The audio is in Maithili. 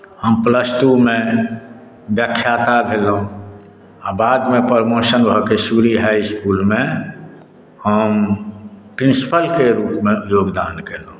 हम प्लस टूमे व्याख्याता भेलहुँ आ बादमे प्रमोशन भऽ कऽ सूरी हाइ इस्कुलमे हम प्रिन्सिपलके रूपमे योगदान केलहुँ